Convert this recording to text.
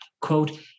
Quote